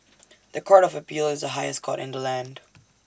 The Court of appeal is the highest court in the land